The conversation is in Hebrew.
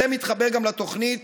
זה מתחבר גם לתוכנית